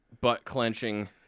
butt-clenching